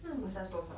那个 massage 多少